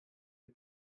you